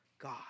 God